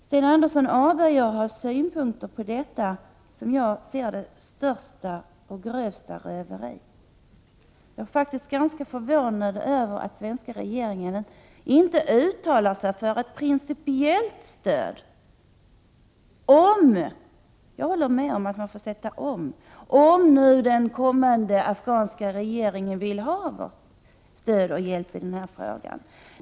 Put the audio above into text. Sten Andersson avböjer att ha synpunkter på detta, som jag ser som det största och grövsta röveri. Jag är ganska förvånad över att den svenska regeringen inte uttalar sig för ett principiellt stöd, om — jag håller med om att man måste säga om — nu den kommande afghanska regeringen vill ha vårt stöd och vår hjälp i denna fråga.